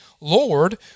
Lord